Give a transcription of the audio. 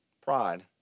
Pride